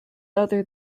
other